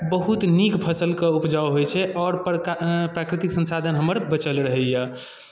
बहुत नीक फसलके उपजाऊ होइ छै आओर प्रका प्राकृतिक संसाधन हमर बचल रहैए